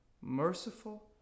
merciful